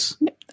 Yes